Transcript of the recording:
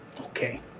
Okay